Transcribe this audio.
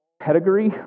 pedigree